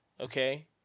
okay